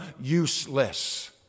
useless